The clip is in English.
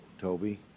Toby